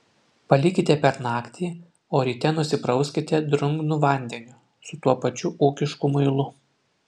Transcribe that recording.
palikite per naktį o ryte nusiprauskite drungnu vandeniu su tuo pačiu ūkišku muilu